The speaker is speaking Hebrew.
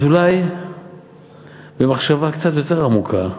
אז אולי במחשבה קצת יותר עמוקה,